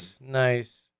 Nice